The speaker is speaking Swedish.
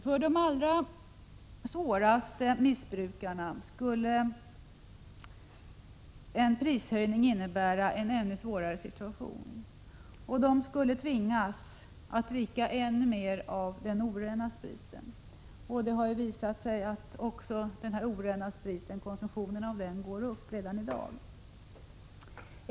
För de allra svåraste missbrukarna skulle en prisökning innebära en ännu svårare situation. De skulle tvingas att dricka ännu mer oren sprit. Det har visat sig att redan i dag konsumtionen av den orena spriten går upp.